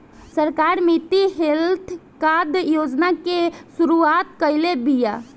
सरकार मिट्टी health card योजना के शुरूआत काइले बिआ